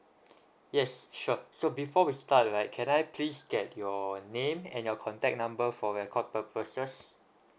yes sure so before we start right can I please get your name and your contact number for record purposes